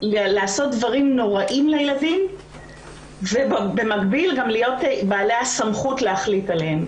לעשות דברים נוראיים לילדים ובמקביל גם להיות בעלי הסמכות להחליט עליהם.